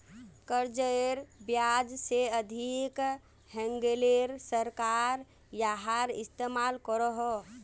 कर्जेर ब्याज से अधिक हैन्गेले सरकार याहार इस्तेमाल करोह